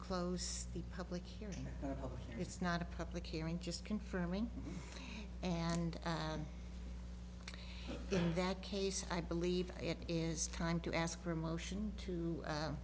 close the public hearing oh it's not a public hearing just confirming and in that case i believe it is time to ask for a motion to